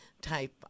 type